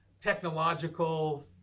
technological